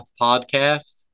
podcast